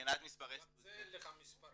מבחינת מספרי סטודנטים --- גם זה אין לך מספר,